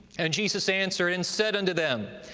and jesus answered and said unto them,